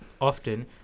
often